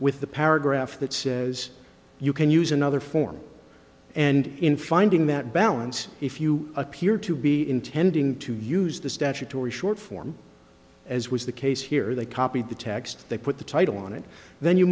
with the paragraph that says you can use another form and in finding that balance if you appear to be intending to use the statutory short form as was the case here they copied the text they put the title on it then you